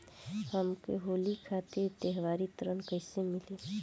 हमके होली खातिर त्योहारी ऋण कइसे मीली?